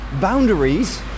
boundaries